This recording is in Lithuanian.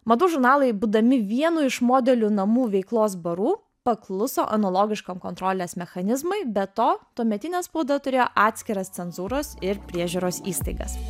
madų žurnalai būdami vienu iš modelių namų veiklos barų pakluso analogiškam kontrolės mechanizmui be to tuometinė spauda turėjo atskiras cenzūros ir priežiūros įstaigas